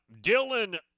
Dylan